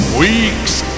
week's